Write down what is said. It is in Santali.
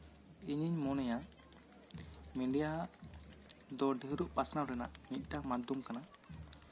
ᱤᱧᱤᱧ ᱢᱚᱱᱮᱭᱟ ᱢᱤᱰᱤᱭᱟ ᱫᱚ ᱰᱷᱮᱨᱚᱜ ᱯᱟᱥᱱᱟᱣ ᱨᱮᱱᱟᱜ ᱢᱤᱫᱴᱟᱝ ᱢᱟᱫᱽᱫᱷᱚᱢ ᱠᱟᱱᱟ